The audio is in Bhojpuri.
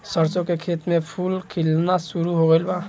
सरसों के खेत में फूल खिलना शुरू हो गइल बा